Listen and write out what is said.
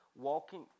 Walking